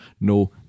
no